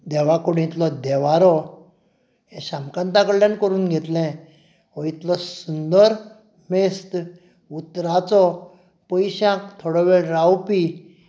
देवाकुडींतलो देवारो हें शामकांता कडल्यान करून घेतलें हो इतलो सुंदर मेस्त उतराचो पयश्यांक थोडो वेळ रावपी